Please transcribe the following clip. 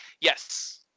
Yes